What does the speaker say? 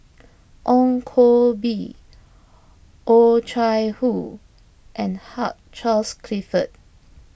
Ong Koh Bee Oh Chai Hoo and Hugh Charles Clifford